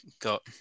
got